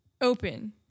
open